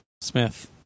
Smith